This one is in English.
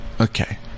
Okay